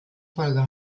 folgen